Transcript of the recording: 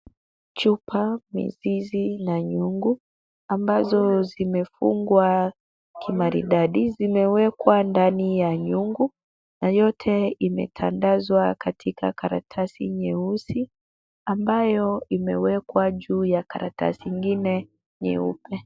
Chupa hizi na nyungu ambazo zimefungwa kimaridadi zimewekwa ndani ya nyungu na yote imetandazwa katika karatasi nyeusi ambayo imewekwa juu ya karatasi ingine nyeupe.